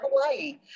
Hawaii